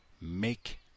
Make